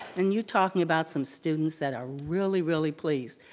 and you're talking about some students that are really, really pleased.